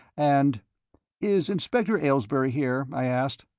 and is inspector aylesbury here? i asked.